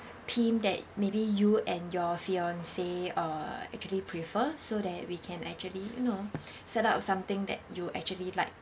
theme that maybe you and your fiance uh actually prefer so that we can actually you know set up something that you actually like